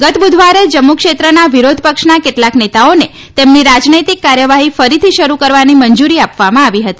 ગત બુધવારે જમ્મુ ક્ષેત્રના વિરોધપક્ષના કેટલાંક નેતાઓને તેમની રાજનૈતિક કાર્યવાહી ફરીથી શરૂ કરવાની મંજુરી આપવામાં આવી હતી